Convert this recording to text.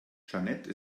jeanette